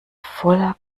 voller